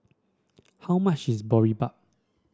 how much is Boribap